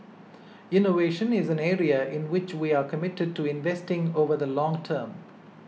innovation is an area in which we are committed to investing over the long term